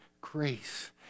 grace